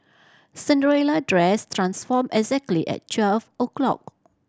Cinderella dress transformed exactly at twelve o' clock